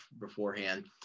beforehand